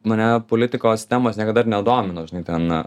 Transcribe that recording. mane politikos temos niekada nedomino žinai ten